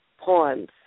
pawns